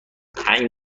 هنگ